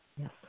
Yes